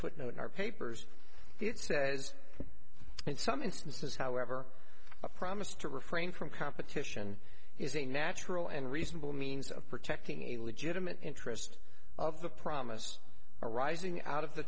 footnote in our papers it says in some instances however a promise to refrain from competition is a natural and reasonable means of protecting a legitimate interest of the promise arising out of the